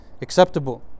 acceptable